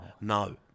No